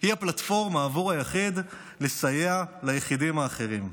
היא הפלטפורמה עבור היחיד לסייע ליחידים האחרים.